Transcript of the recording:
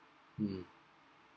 mm